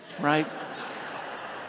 right